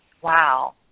Wow